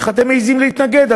איך אתם מעזים להתנגד?